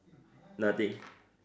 nothing